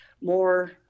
more